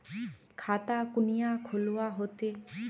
खाता कुनियाँ खोलवा होते?